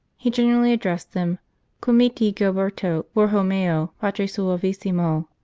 he generally addressed them comiti giberto bourhomeo patri suavissimo,